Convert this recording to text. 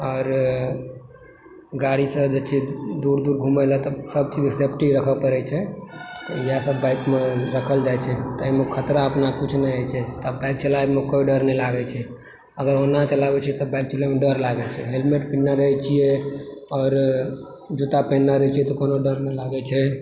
आओर गाड़ीसँ जे छै दूर दूर घूमय लेल तऽ सभ चीजके सेफ्टी राखय पड़ै छै तऽ इएहसभ बाइकमे राखल जाइ छै ताहिमे खतरा अपना किछु नहि होइ छै तब बाइक चलाइमे कोइ डर नहि लागै छै अगर ओना चलाबै छियै तऽ बाइक चलबैमे डर लागै छै हेलमेट पेहिरने रहैत छियै आओर जूता पहिरने रहै छियै तऽ कोनो डर नहि लागैत छै